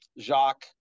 Jacques